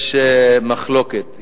יש מחלוקת.